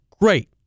great